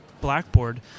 blackboard